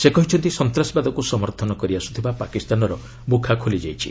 ସେ କହିଛନ୍ତି ସନ୍ତାସବାଦକୁ ସମର୍ଥନ କରିଆସୁଥିବା ପାକିସ୍ତାନର ମୁଖା ଖୋଲିଯାଇଛି